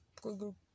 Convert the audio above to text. google